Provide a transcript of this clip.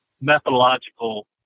methodological